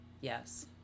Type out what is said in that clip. Yes